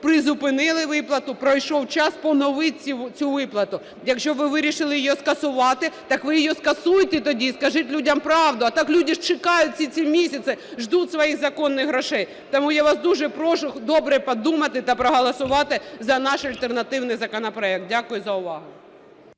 Призупинили виплату, пройшов час, поновіть цю виплату. Якщо ви вирішили її скасувати, так ви її скасуйте тоді і скажіть людям правду, а так люди ж чекають всі ці місяці, ждут своих законних грошей. Тому я вас дуже прошу добре подумати та проголосувати за наш альтернативний законопроект. Дякую за увагу.